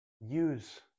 Use